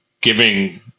giving